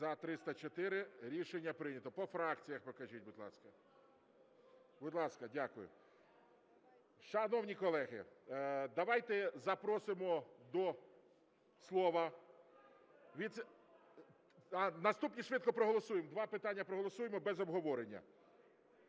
За – 304 Рішення прийнято. По фракціях покажіть, будь ласка. Будь ласка. Дякую. Шановні колеги, давайте запросимо до слова... (Шум у залі) Наступні швидко проголосуємо. Два питання проголосуємо без обговорення.